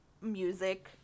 music